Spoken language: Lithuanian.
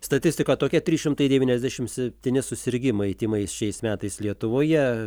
statistika tokia trys šimtai devyniasdešimt septyni susirgimai tymais šiais metais lietuvoje